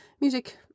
music